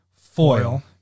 foil